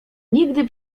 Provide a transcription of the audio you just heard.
nigdy